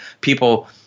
people